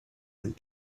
and